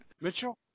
Mitchell